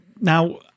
now